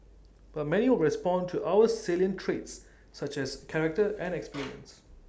but many will respond to other salient traits such as character and experience